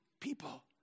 people